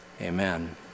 amen